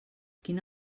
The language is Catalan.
quina